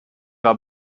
war